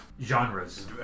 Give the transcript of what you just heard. genres